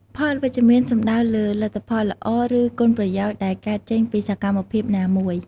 ផលវិជ្ជមាន សំដៅលើលទ្ធផលល្អ ឬគុណប្រយោជន៍ដែលកើតចេញពីសកម្មភាពណាមួយ។